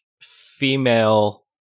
female